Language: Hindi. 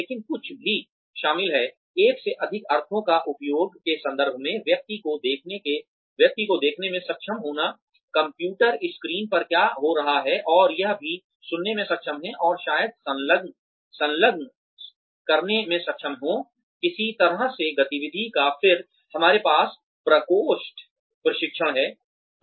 लेकिन कुछ भी शामिल है एक से अधिक अर्थों का उपयोग के संदर्भ में व्यक्ति को देखने में सक्षम होना कंप्यूटर स्क्रीन पर क्या हो रहा है और यह भी सुनने में सक्षम है और शायद संलग्न करने में सक्षम हो किसी तरह से गतिविधि का फिर हमारे पास प्रकोष्ठवेस्टिब्यूल प्रशिक्षण vestibule training है